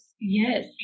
yes